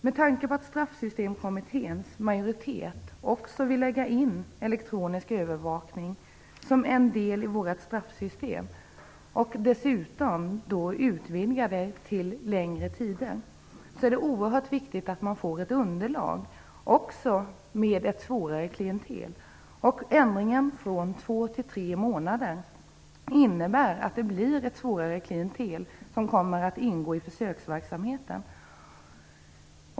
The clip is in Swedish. Med tanke på att Straffsystemkommitténs majoritet också vill lägga in elektronisk övervakning som en del i vårt straffsystem och dessutom utvidga det till längre tider, är det oerhört viktigt att man får ett underlag också med ett svårare klientel. Ändringen från två till tre månader innebär att det blir ett svårare klientel som kommer att ingå i försöksverksamheten.